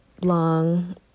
long